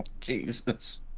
Jesus